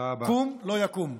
קום לא יקום.